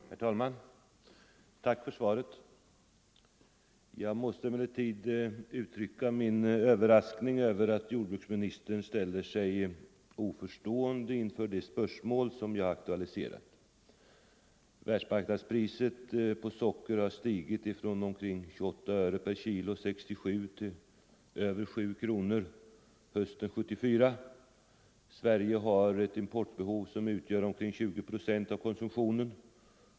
Herr talman! Tack för svaret på min interpellation. Jag måste emellertid uttrycka min överraskning över att jordbruksministern ställer sig så oförstående inför det spörsmål som jag aktualiserat. Världsmarknadspriset på socker har stigit från omkring 28 öre per kg år 1967 till över 7 kronor hösten 1974. Sverige har ett importbehov som utgör omkring 20 procent av konsumtionen.